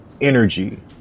energy